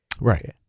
Right